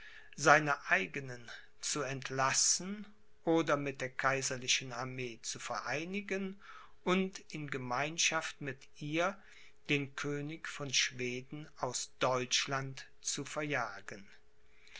seine eigenen zu entlassen oder mit der kaiserlichen armee zu vereinigen und in gemeinschaft mit ihr den könig von schweden aus deutschland zu verjagen